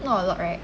not a lot right